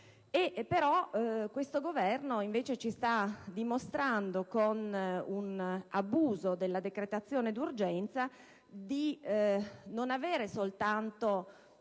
Questo Governo, invece, ci sta dimostrando, con un abuso della decretazione d'urgenza, non soltanto